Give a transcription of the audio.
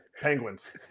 penguins